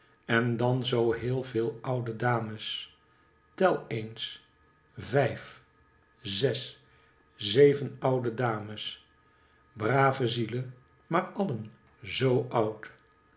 en dan zoo heel veel oude dames tel eens vijf zes zeven oude dames brave zielen maar alien zoo oud